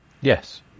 yes